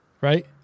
right